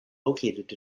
located